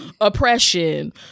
oppression